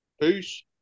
Peace